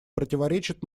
противоречит